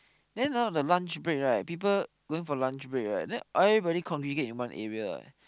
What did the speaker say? then ah the lunch break right people going for lunch break right then everybody congregate in one area eh